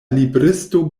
libristo